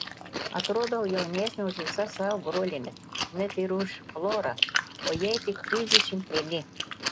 atrodau jaunesnė už visas savo brolienes net ir už florą o jai tik trisdešimt vieni